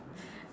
K